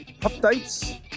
updates